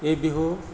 এই বিহু